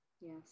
yes